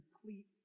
complete